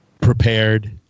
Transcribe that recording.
Prepared